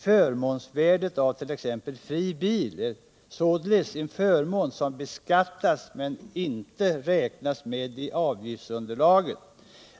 Förmånsvärdet av tex fri bil är således en förmån som beskattas men som inte räknas med i avgiftsunderlaget.